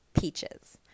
peaches